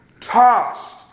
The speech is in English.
tossed